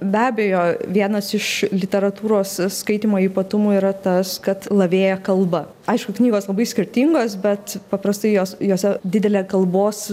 be abejo vienas iš literatūros skaitymo ypatumų yra tas kad lavėja kalba aišku knygos labai skirtingos bet paprastai jos jose didelė kalbos